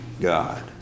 God